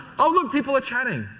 ah look. people are chatting.